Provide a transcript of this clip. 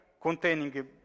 containing